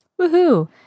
Woohoo